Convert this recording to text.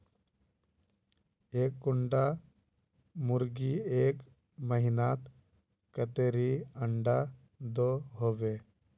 एक कुंडा मुर्गी एक महीनात कतेरी अंडा दो होबे?